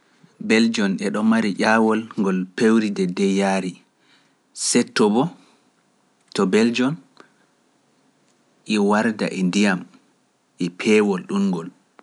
Beljoon eɗo mari ƴaawol ngol pewri de dey yaari, setto bo to Beljoon e warda e ndiyam e peewol ɗum ngol.